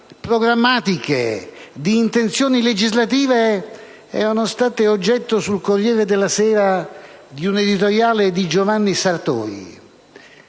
programmatiche in merito a intenzioni legislative erano state oggetto sul «Corriere della Sera» di un editoriale di Giovanni Sartori